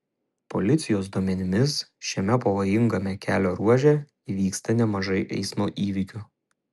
policijos duomenimis šiame pavojingame kelio ruože įvyksta nemažai eismo įvykių